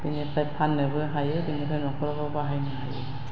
बिनिफ्राय फाननोबो हायो बिनिफ्राय न'खरावबो बाहायनो हायो